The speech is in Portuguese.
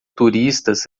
turistas